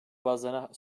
bazılarına